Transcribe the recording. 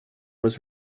was